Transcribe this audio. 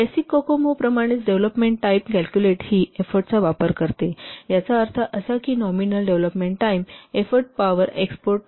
basic COCOMO प्रमाणेच development time ही एफोर्टचा वापर करते याचा अर्थ असा की nominal development time effort power export exponent 2